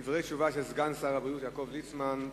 דברי תשובה של סגן שר הבריאות יעקב ליצמן.